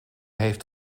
heeft